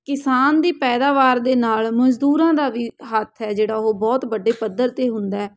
ਕਿਸਾਨ ਦੀ ਪੈਦਾਵਾਰ ਦੇ ਨਾਲ ਮਜ਼ਦੂਰਾਂ ਦਾ ਵੀ ਹੱਥ ਹੈ ਜਿਹੜਾ ਉਹ ਬਹੁਤ ਵੱਡੇ ਪੱਧਰ 'ਤੇ ਹੁੰਦਾ ਹੈ